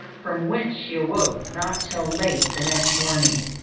from whence she awoke not till late the next morning.